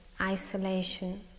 isolation